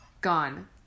gone